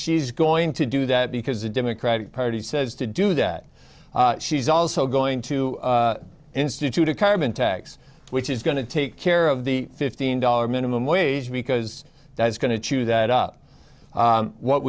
she's going to do that because the democratic party says to do that she's also going to institute a carbon tax which is going to take care of the fifteen dollar minimum wage because that's going to chew that up what